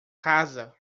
casa